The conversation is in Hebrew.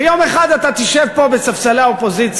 ויום אחד אתה תשב פה בספסלי האופוזיציה,